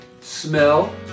smell